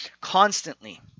constantly